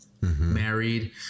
married